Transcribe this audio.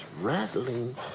rattling